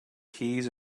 keys